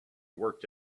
worked